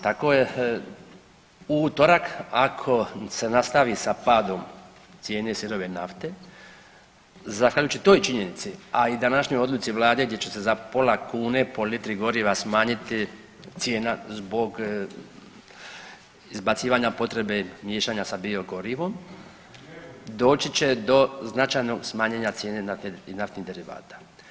Tako je, u utorak ako se nastavi sa padom cijene sirove nafte, zahvaljujući toj činjenici, a i današnjoj odluci vlade gdje će se za pola kune po litri goriva smanjiti cijena zbog izbacivanja potrebe miješanja sa biogorivom doći će do značajnog smanjenja cijene nafte i naftnih derivata.